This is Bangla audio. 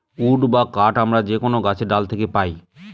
উড বা কাঠ আমরা যে কোনো গাছের ডাল থাকে পাই